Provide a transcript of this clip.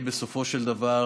חוששים שיהיה בסופו של דבר,